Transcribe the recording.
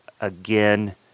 again